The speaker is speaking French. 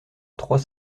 trois